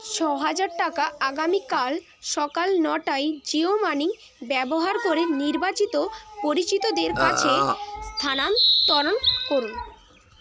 ছ হাজার টাকা আগামীকাল সকাল নটায় জিও মানি ব্যবহার করে নির্বাচিত পরিচিতদের কাছে স্থানান্তরন করুন